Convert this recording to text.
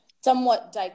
somewhat